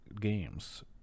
games